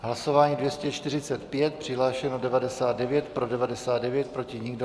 Hlasování 245, přihlášeno 99, pro 99, proti nikdo.